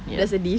ya